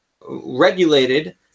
regulated